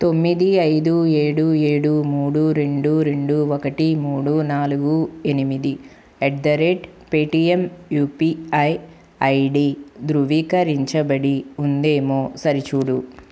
తొమ్మిది ఐదు ఏడు ఏడు మూడు రెండు రెండు ఒకటి మూడు నాలుగు ఎనిమిది at the rate Paytm UPI ID ధృవీకరించబడి ఉందేమో సరిచూడు